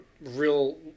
real